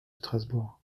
strasbourg